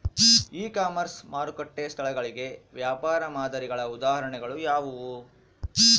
E commerce ಮಾರುಕಟ್ಟೆ ಸ್ಥಳಗಳಿಗೆ ವ್ಯಾಪಾರ ಮಾದರಿಗಳ ಉದಾಹರಣೆಗಳು ಯಾವುವು?